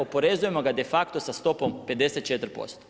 Oporezujemo ga de facto sa stopom 54%